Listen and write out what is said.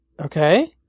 Okay